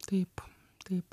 taip taip